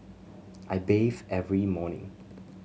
I bathe every morning